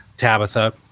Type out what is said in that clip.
Tabitha